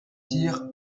tirs